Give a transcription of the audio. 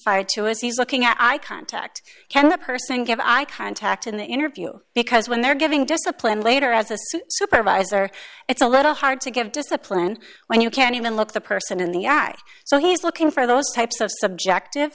testified to is he's looking at eye contact can the person give i contact in the interview because when they're giving discipline later as a supervisor it's a little hard to give discipline when you can't even look the person in the eye so he's looking for those types of subjective